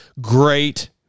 Great